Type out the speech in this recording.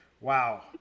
Wow